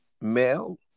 male